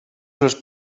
els